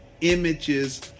images